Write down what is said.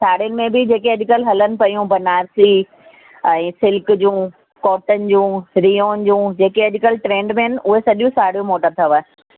साड़ियुनि में बि जेके अॼुकल्ह हलनि पयूं बनारसी ऐं सिल्क जूं कॉटन जूं रेयॉन जूं जेके अॼुकल्ह ट्रैंड में आहिनि उहा सॼियूं साड़ियूं मूं वटि अथव